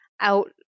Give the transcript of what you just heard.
out